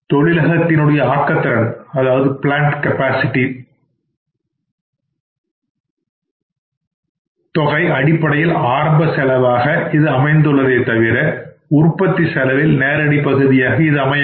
தொழிலகத்தின் ஆக்கத்திறன் தொகை அடிப்படையில் ஆரம்ப செலவாக இது அமைந்துள்ளதே தவிர உற்பத்தி செலவில் நேரடி பகுதியாக அமையாது